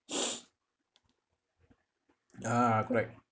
ah correct